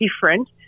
different